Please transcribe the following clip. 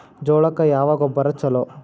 ಜೋಳಕ್ಕ ಯಾವ ಗೊಬ್ಬರ ಛಲೋ?